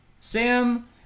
Sam